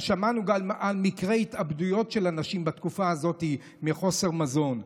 שמענו גם על מקרי התאבדויות של אנשים בתקופה הזאת מחוסר מזון.